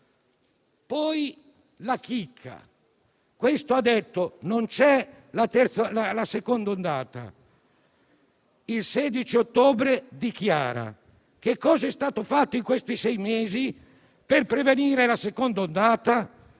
Poi, la chicca. Ha detto che non c'è la seconda ondata e poi il 16 ottobre dichiara: «Che cosa è stato fatto in questi sei mesi per prevenire la seconda ondata?